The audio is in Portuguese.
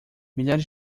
milhares